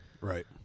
right